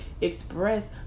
express